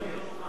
ואני אומר לך,